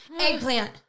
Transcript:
Eggplant